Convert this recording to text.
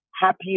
happy